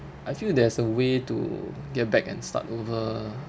I feel there's a way to get back and start over